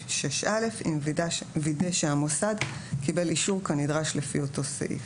6(א) אם וידא שהמוסד קיבל אישור כנדרש לפי אותו סעיף.